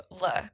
look